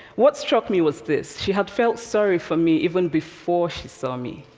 what struck me was this she had felt sorry for me even before she saw me.